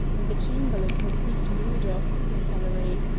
and the chamberlain perceived an odour of cooking celery.